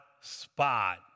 spot